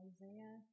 Isaiah